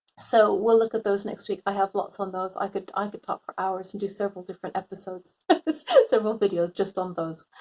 so we'll look at those next week. i have lots on those. i could i could talk for hours and do several different episodes. several videos just on those.